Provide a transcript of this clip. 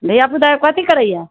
धिआपुता कऽ कथी करैया